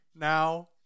now